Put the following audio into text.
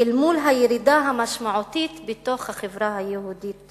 מהירידה המשמעותית בתוך החברה היהודית